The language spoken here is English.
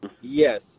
yes